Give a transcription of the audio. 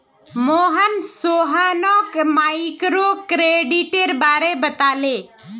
मोहन सोहानोक माइक्रोक्रेडिटेर बारे बताले